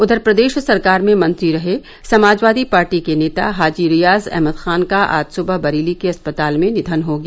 उधर प्रदेश सरकार में मंत्री रहे समाजवादी पार्टी के नेता हाजी रियाज अहमद खान का आज सुबह बरेली के अस्पताल में निधन हो गया